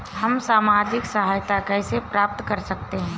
हम सामाजिक सहायता कैसे प्राप्त कर सकते हैं?